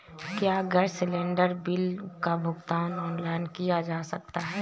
क्या gas cylinder bill का भुगतान ऑनलाइन किया जा सकता है?